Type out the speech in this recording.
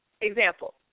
example